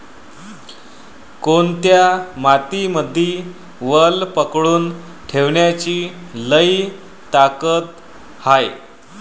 कोनत्या मातीमंदी वल पकडून ठेवण्याची लई ताकद हाये?